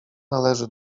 należy